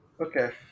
okay